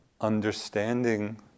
understanding